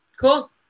Cool